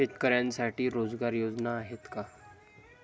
शेतकऱ्यांसाठी रोजगार योजना आहेत का?